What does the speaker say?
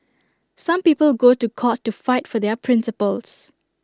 some people go to court to fight for their principles